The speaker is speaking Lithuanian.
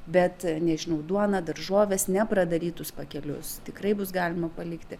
bet nežinau duoną daržoves nepradarytus pakelius tikrai bus galima palikti